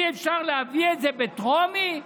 אי-אפשר להביא את זה בטרומית?